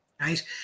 right